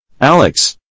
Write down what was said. Alex